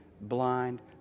blind